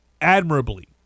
admirably